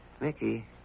Mickey